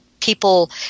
people